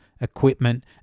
equipment